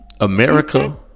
America